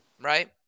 right